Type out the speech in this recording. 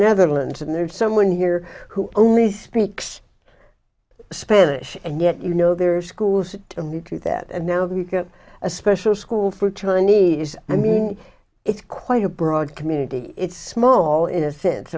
netherlands and there's someone here who only speaks spanish and yet you know there are schools and they do that and now we get a special school for chinese i mean it's quite a broad community it's small in a sense